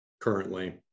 currently